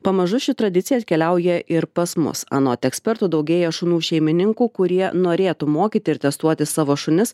pamažu ši tradicija atkeliauja ir pas mus anot ekspertų daugėja šunų šeimininkų kurie norėtų mokyti ir testuoti savo šunis